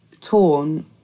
torn